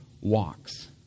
walks